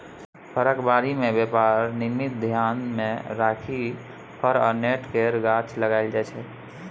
फरक बारी मे बेपार निमित्त धेआन मे राखि फर आ नट केर गाछ लगाएल जाइ छै